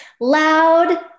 loud